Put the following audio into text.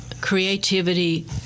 creativity